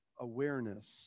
awareness